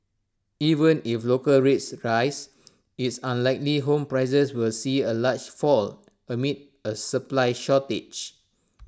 even if local rates rise it's unlikely home prices will see A large fall amid A supply shortage